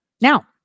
Now